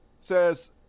says